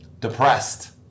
Depressed